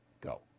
Go